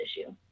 issue